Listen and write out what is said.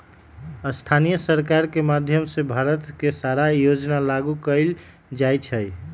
स्थानीय सरकार के माधयम से भारत के सारा योजना लागू कएल जाई छई